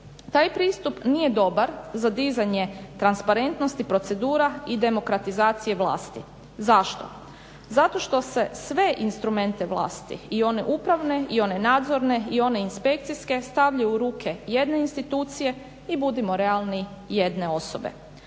Taj pristup dobar za dizanje transparentnosti procedura i demokratizacije vlasti. zašto? Zato što se sve instrumente vlasti i one upravne i one nadzorne i one inspekcijske stavlja u ruke jedne institucije i budimo realni jedne osobe.